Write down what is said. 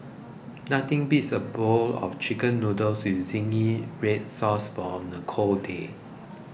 nothing beats a bowl of Chicken Noodles with Zingy Red Sauce on a cold day